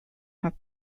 have